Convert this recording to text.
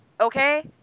okay